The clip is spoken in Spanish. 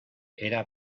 era